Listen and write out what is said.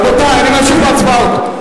רבותי, אני ממשיך בהצבעות.